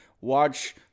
Watch